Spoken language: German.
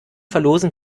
verlosen